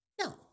No